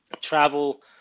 travel